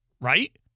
right